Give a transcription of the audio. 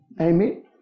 Amen